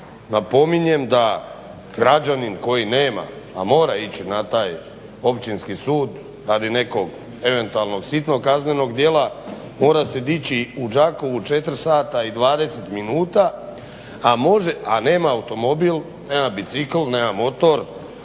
Napominjem da građanin koji nema, a mora ići na taj Općinski sud radi nekog eventualno sitnog kaznenog djela mora se dići u Đakovu u 4,20 sati a nema automobil, nema bicikl, nema motor,